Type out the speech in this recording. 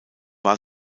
war